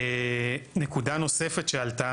נקודה נוספת שעלתה,